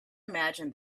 imagine